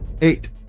Eight